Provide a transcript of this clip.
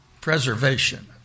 preservation